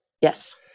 Yes